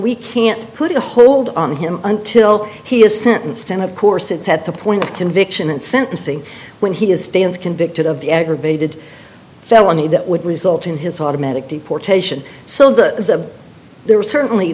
we can't put a hold on him until he is sentenced and of course it's at the point of conviction and sentencing when he is stands convicted of the aggravated felony that would result in his automatic deportation so the there were certainly